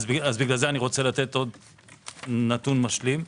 לכן אני רוצה לתת נתון משלים,